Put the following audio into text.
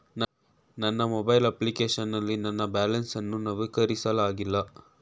ನನ್ನ mobile application ನಲ್ಲಿ ನನ್ನ ಬ್ಯಾಲೆನ್ಸ್ ಅನ್ನು ನವೀಕರಿಸಲಾಗಿಲ್ಲ